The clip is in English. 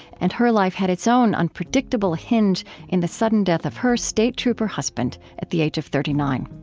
and her life had its own unpredictable hinge in the sudden death of her state trooper husband, at the age of thirty nine.